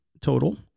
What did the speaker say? total